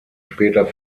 später